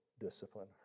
discipline